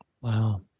Wow